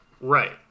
Right